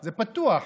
זה פתוח.